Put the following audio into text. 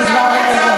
נגמר לי הקול.